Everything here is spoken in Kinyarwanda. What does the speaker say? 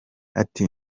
ati